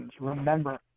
remember